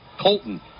Colton